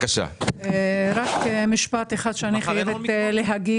רק משפט אחד שאני חייבת להגיד.